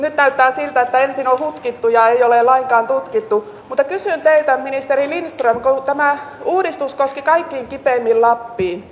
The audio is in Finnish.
nyt näyttää siltä että ensin on on hutkittu ja ei ole lainkaan tutkittu mutta kysyn teiltä ministeri lindström kun tämä uudistus koski kaikkein kipeimmin lappia